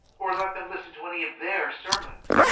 or let them listen to any of their sermons.